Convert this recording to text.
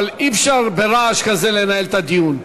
אבל אי-אפשר ברעש כזה לנהל את הדיון.